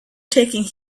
taking